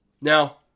Now